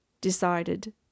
decided